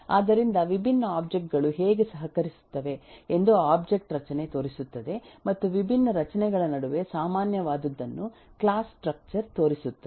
ಆದ್ದರಿಂದ ವಿಭಿನ್ನ ಒಬ್ಜೆಕ್ಟ್ ಗಳು ಹೇಗೆ ಸಹಕರಿಸುತ್ತವೆ ಎಂದು ಒಬ್ಜೆಕ್ಟ್ ರಚನೆ ತೋರಿಸುತ್ತದೆ ಮತ್ತು ವಿಭಿನ್ನ ರಚನೆಗಳ ನಡುವೆ ಸಾಮಾನ್ಯವಾದದ್ದನ್ನು ಕ್ಲಾಸ್ ಸ್ಟ್ರಕ್ಚರ್ ತೋರಿಸುತ್ತದೆ